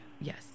Yes